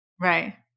Right